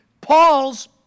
Paul's